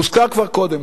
הוזכר כאן כבר קודם